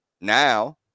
now